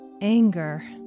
Anger